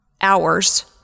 hours